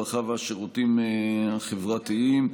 הרווחה והשירותים החברתיים.